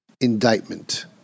indictment